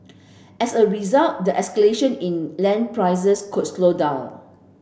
as a result the escalation in land prices could slow down